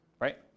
right